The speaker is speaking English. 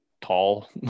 tall